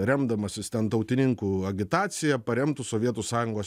remdamasis ten tautininkų agitacija paremtų sovietų sąjungos